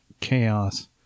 chaos